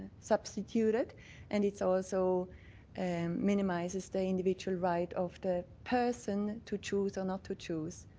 substituted and it's also and minimizes the individual right of the person to choose or not to choose.